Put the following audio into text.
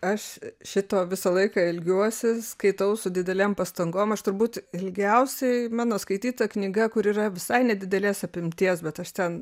aš šito visą laiką ilgiuosi skaitau su didelėm pastangom aš turbūt ilgiausiai mano skaityta knyga kuri yra visai nedidelės apimties bet aš ten